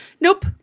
Nope